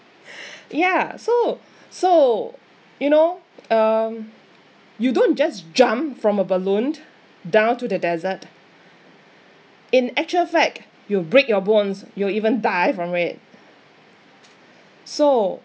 ya so so you know um you don't just jump from a balloon down to the desert in actual fact you'll break your bones you'll even die from it so